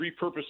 repurpose